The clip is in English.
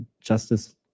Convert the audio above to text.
justice